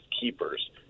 keepers